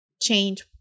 change